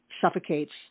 suffocates